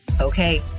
Okay